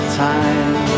time